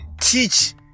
teach